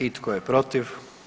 I tko je protiv?